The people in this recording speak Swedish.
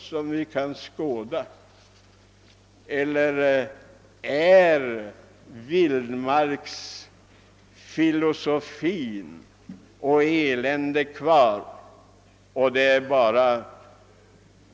I annat fall kommer vildmarksfilosofin och eländet att finnas kvar.